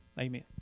amen